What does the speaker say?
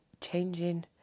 changing